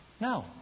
No